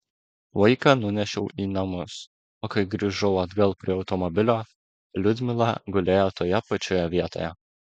vaiką nunešiau į namus o kai grįžau atgal prie automobilio liudmila gulėjo toje pačioje vietoje